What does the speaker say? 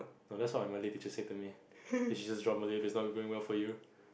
no that's all my Malay teacher said to me he he is from Malay he is not going well for you